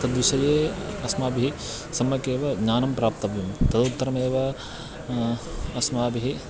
तद्विषये अस्माभिः सम्यक् एव ज्ञानं प्राप्तव्यं तदुत्तरमेव अस्माभिः